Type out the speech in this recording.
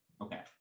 Okay